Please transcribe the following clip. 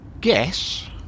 Guess